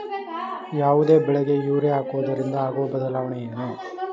ಯಾವುದೇ ಬೆಳೆಗೆ ಯೂರಿಯಾ ಹಾಕುವುದರಿಂದ ಆಗುವ ಬದಲಾವಣೆ ಏನು?